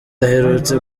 aherutse